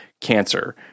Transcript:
cancer